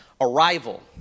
Arrival